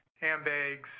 handbags